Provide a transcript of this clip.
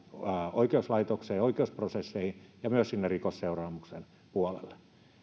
oikeuslaitokseen ja oikeusprosesseihin ja myös sinne rikosseuraamuksen puolelle